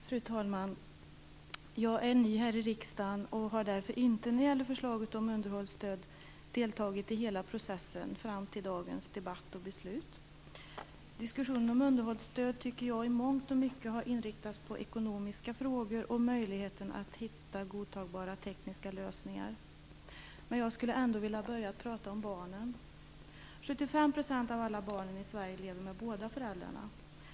Fru talman! Jag är ny här i riksdagen och har därför inte när det gäller förslaget om underhållsstöd deltagit i hela processen fram till dagens debatt och beslut. Diskussionen om underhållsstöd tycker jag i mångt och mycket har inriktats på ekonomiska frågor och möjligheten att hitta godtagbara tekniska lösningar. Men jag skulle ändå vilja börja med att prata om barnen. 75 % av alla barn i Sverige lever med båda föräldrarna.